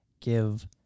give